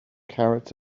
carrots